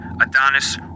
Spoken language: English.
Adonis